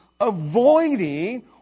avoiding